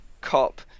cop